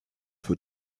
for